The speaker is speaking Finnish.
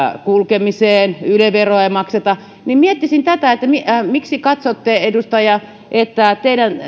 kulkemiseen yle veroa ei makseta niin miettisin tätä että miksi katsotte edustaja että